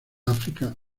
áfrica